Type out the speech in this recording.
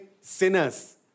sinners